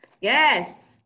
Yes